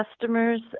customers